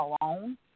alone